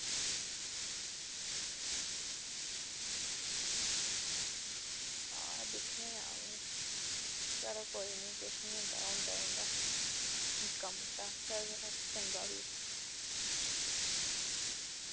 आं दिक्खने आं चलो किश निं होंदा ते होंदा रौहंदा निक्का मुट्टा चंगा भी